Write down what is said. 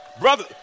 Brother